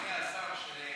אדוני השר,